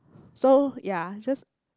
so ya just